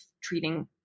treating